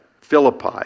Philippi